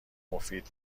مفید